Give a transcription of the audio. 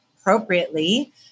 appropriately